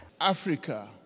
Africa